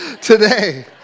today